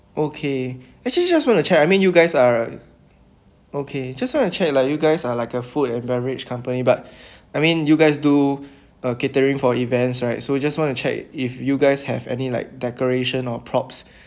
okay actually I just want to check I mean you guys are okay just want to check like you guys are like a food and beverage company but I mean you guys do a catering for events right so just want to check if you guys have any like decoration or props